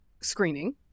screening